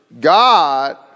God